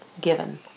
given